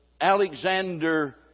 Alexander